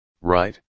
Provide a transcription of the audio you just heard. right